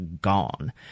Gone